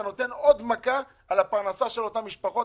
כי בכך אתה נותן מכה לפרנסה של אותן משפחות,